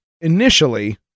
initially